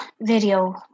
video